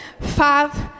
five